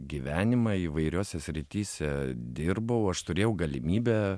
gyvenimą įvairiose srityse dirbau aš turėjau galimybę